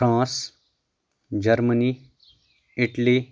France Germany Italy